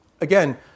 again